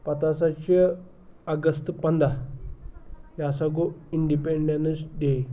پَتہٕ ہَسا چھِ اَگَست پنٛداہ یہِ ہَسا گوٚو اِنڈِپٮ۪نٛڈٮ۪نٕس ڈے